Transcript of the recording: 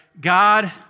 God